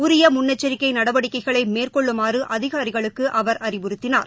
உரிய முன்னெச்சிக்கை நடவடிக்கைகளை மேற்கொள்ளுமாறு அதிகாரிகளுக்கு அவர் அறிவுறுத்தினார்